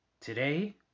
Today